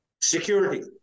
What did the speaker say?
Security